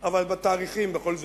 אבל תאריכים, בכל זאת,